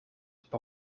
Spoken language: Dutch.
per